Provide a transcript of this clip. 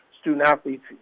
student-athletes